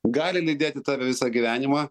gali lydėti tave visą gyvenimą